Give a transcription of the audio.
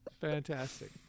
Fantastic